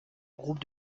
groupe